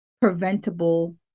preventable